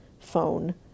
phone